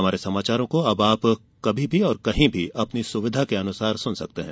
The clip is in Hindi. हमारे समाचारों को अब आप कभी भी और कहीं भी अपनी सुविधा के अनुसार सुन सकते हैं